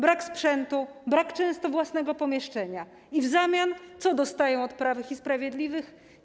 Brak sprzętu, często brak własnego pomieszczenia i w zamian co dostają od prawych i sprawiedliwych?